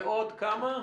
ועוד כמה?